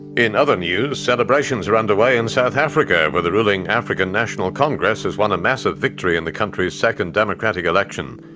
in other news, celebrations are underway in south africa where the ruling african national congress has won a massive victory in the country's second democratic election.